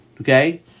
okay